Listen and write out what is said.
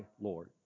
Lord